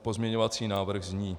Pozměňovací návrh zní: